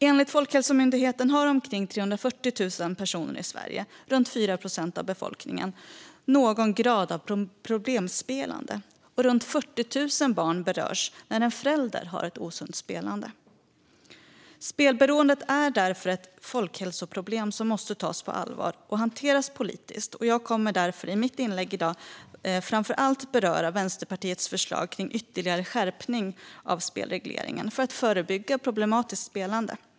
Enligt Folkhälsomyndigheten har omkring 340 000 personer i Sverige, runt 4 procent av befolkningen, någon grad av problemspelande, och runt 40 000 barn berörs av att en förälder har ett osunt spelande. Spelberoendet är därför ett folkhälsoproblem som måste tas på allvar och hanteras politiskt, och jag kommer i mitt inlägg i dag framför allt att beröra Vänsterpartiets förslag om ytterligare skärpning av spelregleringen för att förebygga problematiskt spelande.